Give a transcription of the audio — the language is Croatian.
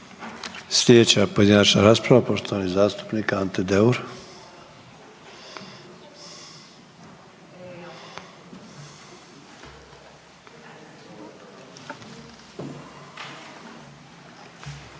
Sljedeća pojedinačna rasprava poštovani zastupnik Ante Deur.